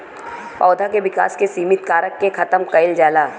पौधा के विकास के सिमित कारक के खतम कईल जाला